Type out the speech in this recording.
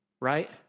right